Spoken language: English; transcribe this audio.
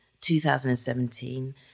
2017